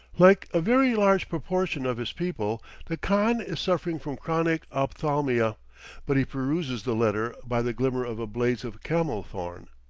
like a very large proportion of his people, the khan is suffering from chronic ophthalmia but he peruses the letter by the glimmer of a blaze of camel-thorn.